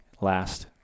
last